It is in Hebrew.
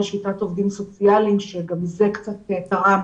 שביתת עובדים סוציאליים שגם זה קצת תרם